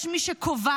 יש מי שקובעת,